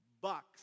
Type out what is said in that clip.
bucks